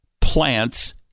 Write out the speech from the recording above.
plants